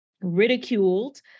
ridiculed